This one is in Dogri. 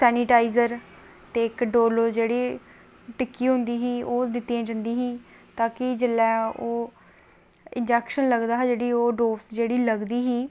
सेनाटाईजर ते इक्क जेह्ड़ी डोलो टिक्की होंदी ही ओह् दित्तियां जंदियां हियां ता कि जेल्लै ओह् इंजेक्शन लगदा हा ते डोज़ जेह्ड़ी लगदी ही